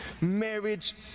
Marriage